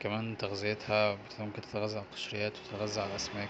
كمان تغذيتها ممكن تتغذى علي القشريات وتتغذى على الاسماك